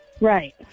right